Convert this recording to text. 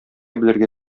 белергә